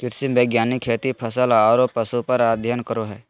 कृषि वैज्ञानिक खेती, फसल आरो पशु पर अध्ययन करो हइ